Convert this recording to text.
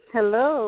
Hello